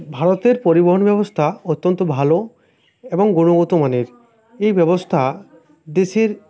ভারতের পরিবহন ব্যবস্থা অত্যন্ত ভালো এবং গুণগতমানের এই ব্যবস্থা দেশের